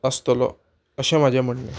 आसतलो अशें म्हाजें म्हणणें